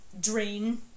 drain